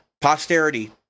Posterity